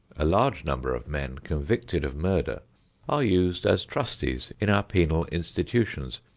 a large number of men convicted of murder are used as trusties in our penal institutions,